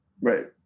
Right